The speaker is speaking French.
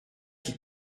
qui